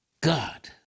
God